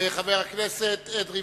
חבר הכנסת אדרי,